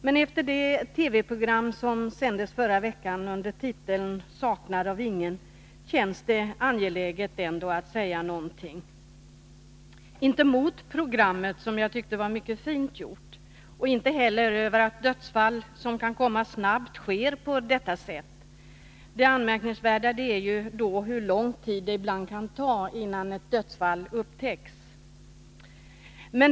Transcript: Men efter det TV-program som sändes förra veckan under titeln ”Saknad av ingen” känns det ändå angeläget att säga någonting — inte mot programmet, som jag tyckte var mycket fint gjort, inte heller om att dödsfall som kan komma > snabbt sker på detta sätt; det anmärkningsvärda är hur lång tid det ibland kan ta, innan ett dödsfall upptäcks.